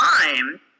time